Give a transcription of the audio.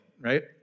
right